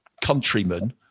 countrymen